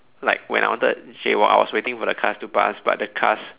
like when I wanted to jaywalk I was waiting for the cars to pass but the cars